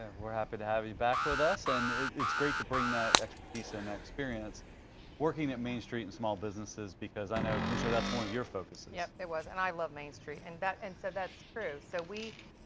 ah we're happy to have you back with us. and it's great to bring that expertise and that experience working at main street and small businesses because i know, commissioner, that's one of your focuses. yeah, it was and i love main street. and that and so that's true. so we,